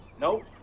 Nope